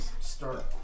start